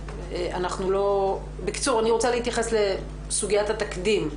אני רוצה להתייחס לסוגיית התקדים,